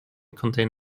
contain